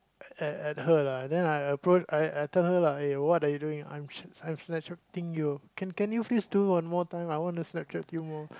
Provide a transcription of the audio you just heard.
at at her lah then I I approach I I tell her lah [ah[ what are you doing I'm I'm snap chatting you can can you please do one more time I want to snap chat you more